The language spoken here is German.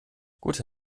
gute